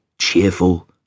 cheerful